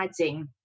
adding